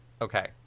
Okay